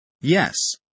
Yes